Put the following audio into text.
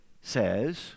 says